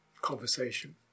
conversation